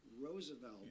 Roosevelt